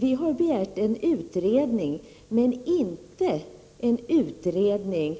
Vi har begärt en utredning, men inte en sådan utredning